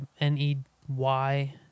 N-E-Y